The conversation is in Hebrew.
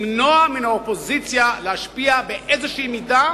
למנוע מן האופוזיציה להשפיע באיזושהי מידה